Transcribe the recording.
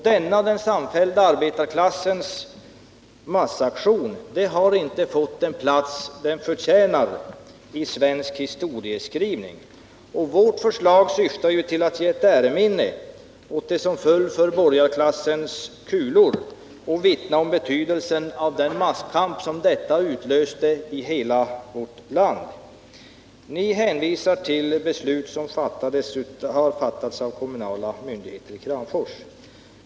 Denna den samfällda arbetarklassens massaktion har inte fått den plats den förtjänar i svensk historieskrivning. Vårt förslag syftar till att ge ett äreminne åt dem som föll för borgarklassens kulor och att vittna om betydelsen av den masskamp detta utlöste i hela vårt land. Ni hänvisar till beslut som har fattats av kommunala myndigheter i Kramfors.